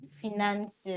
finances